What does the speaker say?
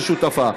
ששותפה.